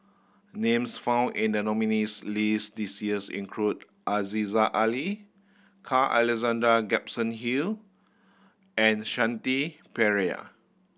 names found in the nominees' list this years include Aziza Ali Carl Alexander Gibson Hill and Shanti Pereira